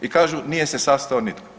I kažu nije se sastao nitko.